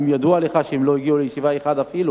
האם ידוע לך שהם לא הגיעו אפילו לישיבה אחת?